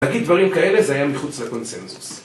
להגיד דברים כאלה זה היה מחוץ לקונצנזוס